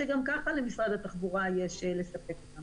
שגם ככה למשרד התחבורה יש לספק.